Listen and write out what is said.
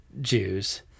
Jews